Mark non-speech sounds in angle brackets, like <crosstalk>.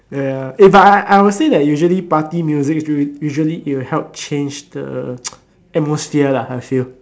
ya ya ya but I I would say that usually party music usually it will help change the <noise> atmosphere lah I feel